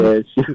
Yes